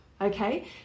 Okay